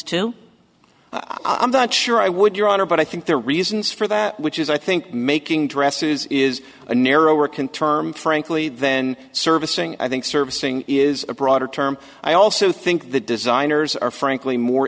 too i i'm not sure i would your honor but i think there are reasons for that which is i think making dresses is a narrower can term frankly then servicing i think servicing is a broader term i also think the designers are frankly more